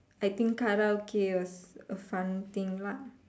I think Karaoke was a fun thing lah